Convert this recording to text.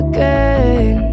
Again